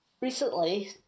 recently